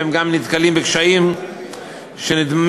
והם נתקלים בקשיים שנדמה